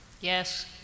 Yes